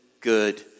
good